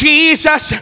Jesus